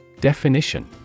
Definition